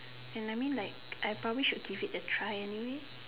and I mean like I probably should give it a try anyway